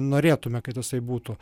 norėtume kad jisai būtų